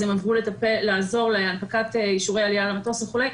אז הם עברו לעזור להנפקת אישורי עלייה למטוס וכו'.